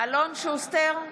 אלון שוסטר,